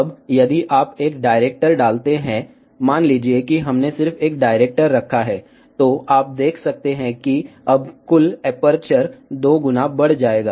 अब यदि आप एक डायरेक्टर डालते हैं मान लीजिए कि हमने सिर्फ एक डायरेक्टर रखा है तो आप देख सकते हैं कि अब कुल एपर्चर 2 गुना बढ़ जाएगा